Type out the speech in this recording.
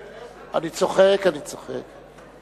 אני צוחק, אני צוחק.